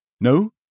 No